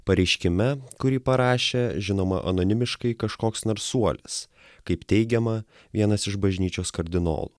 pareiškime kurį parašė žinoma anonimiškai kažkoks narsuolis kaip teigiama vienas iš bažnyčios kardinolų